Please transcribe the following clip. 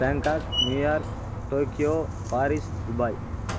Bangkok New York Tokyo Paris Dubai